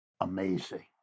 Amazing